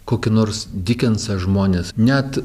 kokį nors dikensą žmonės net